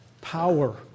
power